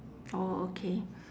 orh okay